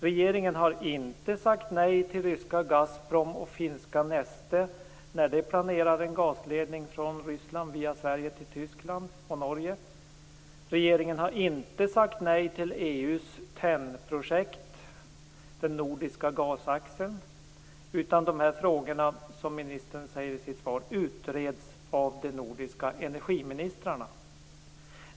Regeringen har inte sagt nej till ryska Gasprom och finska Neste när dessa företag planerar en gasledning från Ryssland via Sverige till Tyskland och Norge. Regeringen har inte sagt nej till EU:s TEN-projekt, den nordiska gasaxeln. Dessa frågor utreds av de nordiska energiministrarna, som ministern säger i sitt svar.